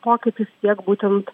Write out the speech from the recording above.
pokytis tiek būtent